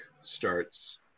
starts